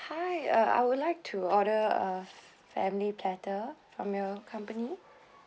hi uh I would like to order a family platter from your company